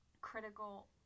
critical